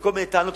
בכל מיני טענות,